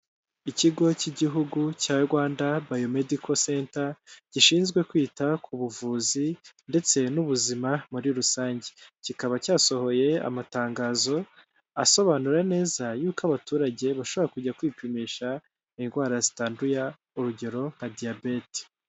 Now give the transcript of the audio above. Ikigo k'igihugu cya Rwanda bayo mediko senta gishinzwe kwita ku buvuzi ndetse n'ubuzima muri rusange; kikaba cyasohoye amatangazo asobanura neza y'uko abaturage bashobora kujya kwipimisha indwara zitanduye urugero nka diyabete.